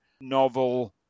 novel